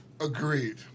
Agreed